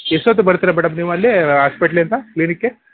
ಎಷ್ಟು ಹೊತ್ತಿಗೆ ಬರ್ತೀರಾ ಮೇಡಮ್ ನೀವು ಅಲ್ಲಿ ಹಾಸ್ಪೆಟ್ಲಿಂದ ಕ್ಲಿನಿಕ್ಗೆ